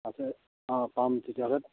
আছে অঁ পাম তেতিয়াহ'লে